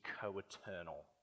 co-eternal